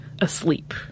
asleep